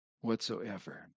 whatsoever